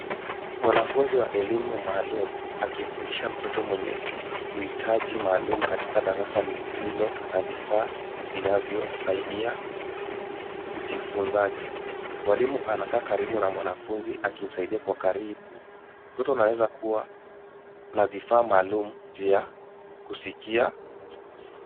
Mwanafunzi wa elimu maalumu akimfundisha mtoto mwenye huhitaji maalumu, katika darasa lisilo na vifaa vinavyo saidia ujifunzaji. Mwalimu anakaa karibu na mwanafunzi akimsaidia kwa karibu. Mtoto anaeza kua na vifaa maalumu vya kusikia.